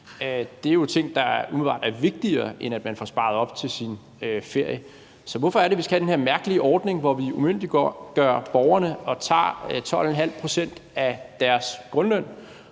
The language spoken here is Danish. Det er jo ting, der umiddelbart er vigtigere end, at man får sparet op til sin ferie. Så hvorfor er det, at vi skal have den her mærkelige ordning, hvor vi umyndiggør borgerne og tager 12½ pct. af deres grundløn